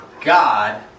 God